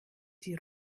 die